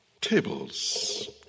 tables